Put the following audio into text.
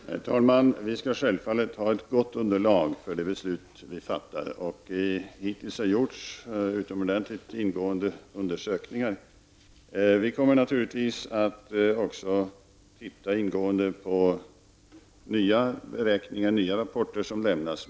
Herr talman! Vi skall självfallet ha ett gott underlag för det beslut vi fattar. Hittills har det gjorts utomordentligt ingående undersökningar. Vi kommer naturligtvis även att titta ingående på nya beräkningar och rapporter som lämnas.